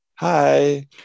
Hi